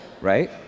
right